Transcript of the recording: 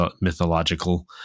mythological